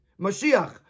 Mashiach